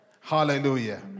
Hallelujah